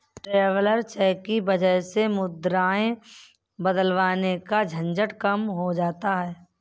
traveller cheque की वजह से मुद्राएं बदलवाने का झंझट कम हो जाता है